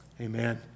Amen